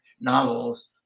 novels